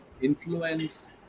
influence